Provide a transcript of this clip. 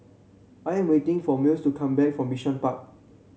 I am waiting for Mills to come back from Bishan Park